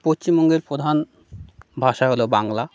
পশ্চিমবঙ্গের প্রধান ভাষা হলো বাংলা